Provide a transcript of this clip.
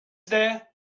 there